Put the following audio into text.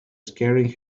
scaring